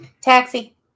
Taxi